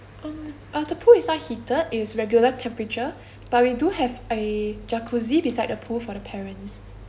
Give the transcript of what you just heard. uh the pool is not heated it's regular temperature but we do have a jacuzzi beside the pool for the parents